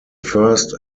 first